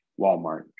Walmart